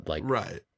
Right